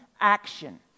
action